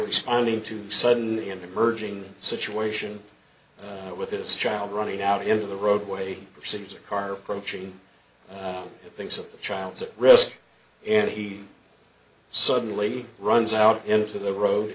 responding to suddenly an emerging situation with his child running out into the roadway seems a car approaching things of the child's at risk and he suddenly runs out into the road